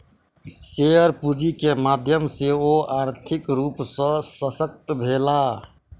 share पूंजी के माध्यम सॅ ओ आर्थिक रूप सॅ शशक्त भेला